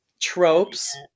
Tropes